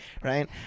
right